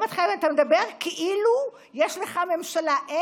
אתה מדבר כאילו יש לך ממשלה.